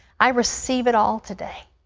i receive it all today,